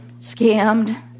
scammed